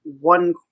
one